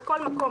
בכל מקום,